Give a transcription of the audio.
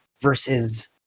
versus